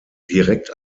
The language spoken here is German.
direkt